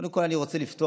קודם כול אני רוצה לפתוח